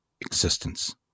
existence